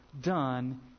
done